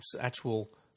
actual